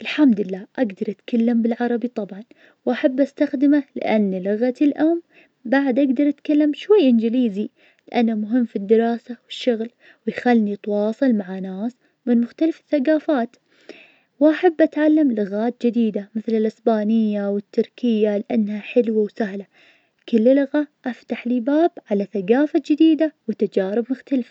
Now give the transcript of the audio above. فضل طريقة أنهي فيها يومي, أقضي وقت مع أهلي, أحب أتناقش مع الأهل عن يومنا, ونتشارك القصص, بعدين احب أهدا واروق, واقرأ كتاب و اشوف مسلسل, كذلك أحياناً أحب أطلع أمشي في الحي واستمتع بالجو الهادي, هالروتين يساعدني أرتاح وأتخلص ضغوط اليوم, بيخليني أبدأ يوم جديد بنشاط وحماس.